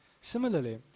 Similarly